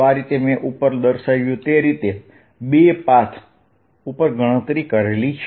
તો આ રીતે મેં ઉપર દર્શાવ્યું તે રીતે બે પાથ ઉપર ગણતરી કરી છે